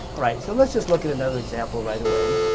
right, so let's just look at another example right away.